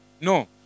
No